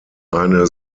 eine